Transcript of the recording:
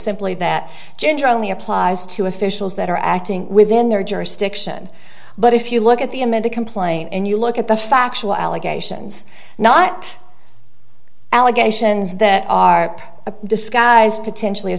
simply that judge only applies to officials that are acting within their jurisdiction but if you look at the amended complaint and you look at the factual allegations not allegations that are disguised potentially a